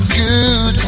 good